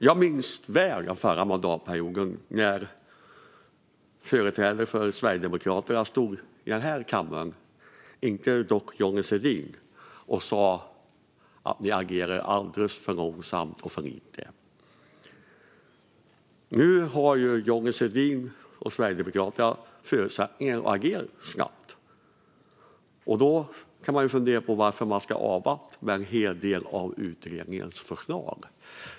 Jag minns väl den förra mandatperioden när företrädare för Sverigedemokraterna stod i kammaren, dock inte Johnny Svedin, och sa att ni agerar alldeles för långsamt och för lite. Nu har Johnny Svedin och Sverigedemokraterna förutsättningen att agera snabbt. Då kan man fundera på varför man ska avvakta med en hel del av utredningens förslag.